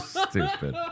stupid